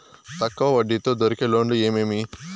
తక్కువ వడ్డీ తో దొరికే లోన్లు ఏమేమి